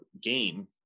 game